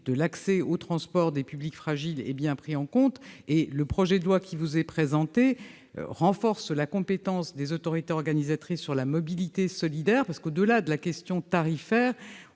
de l'accès au transport des publics fragiles est donc bien prise en compte et le projet de loi renforce la compétence des autorités organisatrices sur la mobilité solidaire. Au-delà de la question tarifaire,